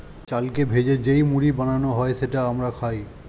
চালকে ভেজে যেই মুড়ি বানানো হয় সেটা আমরা খাই